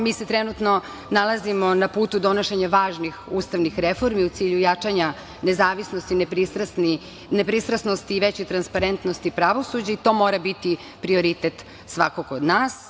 Mi se trenutno nalazimo na putu donošenja važnih ustavnih reformi u cilju jačanja nezavisnosti, nepristrasnosti i većoj transparentnosti pravosuđa i to mora biti prioritet svakog od nas.